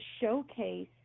showcase